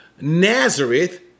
Nazareth